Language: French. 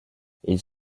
ils